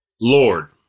Lord